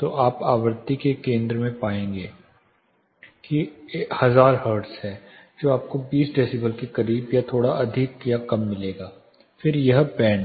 तो आप आवृत्ति के केंद्र में पाएंगे जो कि 1000 हर्ट्ज है जो आपको 20 डेसिबल के करीब या थोड़ा अधिक या कम मिलेगा फिर यह बैंड